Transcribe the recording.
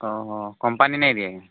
ଓହୋ କମ୍ପାନୀ ନେଇ ଦିଏ କେଁ